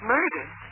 Murdered